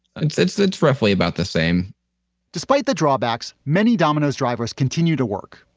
and said since roughly about the same despite the drawbacks, many domino's drivers continue to work,